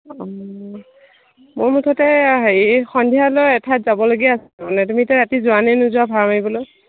ওম মোৰ মুঠতে হেৰি সন্ধিয়ালৈ এঠাইত যাব লগীয়া আছিলে তুমি এতিয়া ৰাতি যোৱানে নোযোৱা ভাড়া মাৰিবলৈ